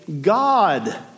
God